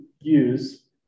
use